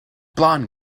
blond